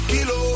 Kilo